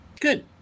Good